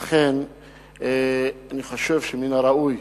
ולכן אני חושב שמן הראוי